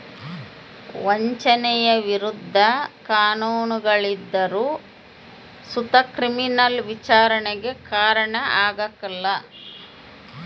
ವಂಚನೆಯ ವಿರುದ್ಧ ಕಾನೂನುಗಳಿದ್ದರು ಸುತ ಕ್ರಿಮಿನಲ್ ವಿಚಾರಣೆಗೆ ಕಾರಣ ಆಗ್ಕಲ